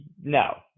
no